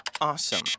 awesome